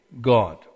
God